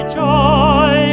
joy